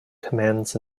commands